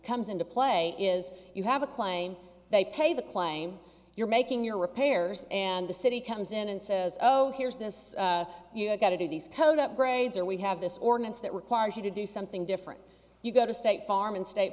comes into play is you have a claim they pay the claim you're making your repairs and the city comes in and says oh here's this you got to do these code upgrades or we have this ordinance that requires you to do something different you've got a state farm and state